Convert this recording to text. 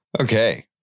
okay